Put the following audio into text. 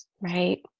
Right